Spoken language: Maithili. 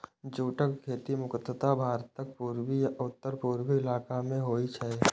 जूटक खेती मुख्यतः भारतक पूर्वी आ उत्तर पूर्वी इलाका मे होइ छै